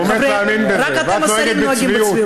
הוא באמת מאמין בזה, ואת נוהגת בצביעות.